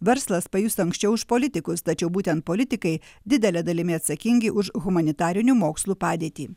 verslas pajus anksčiau už politikus tačiau būtent politikai didele dalimi atsakingi už humanitarinių mokslų padėtį